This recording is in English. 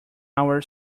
our